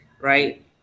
right